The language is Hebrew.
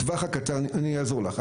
אני אעזור לך,